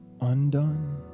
undone